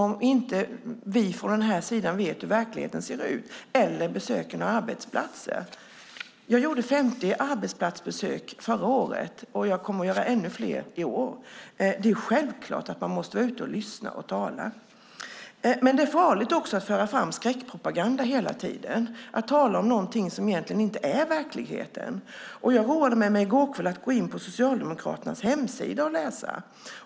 Det låter som om vi på den här sidan inte vet hur verkligheten ser ut eller besöker några arbetsplatser. Jag gjorde 50 arbetsplatsbesök förra året, och jag kommer att göra ännu fler i år. Det är självklart att man måste vara ute och lyssna och tala. Det är farligt att hela tiden föra fram skräckpropaganda och tala om någonting som egentligen inte är verklighet. I går kväll roade jag mig med att gå in på Socialdemokraternas hemsida och läsa.